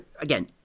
Again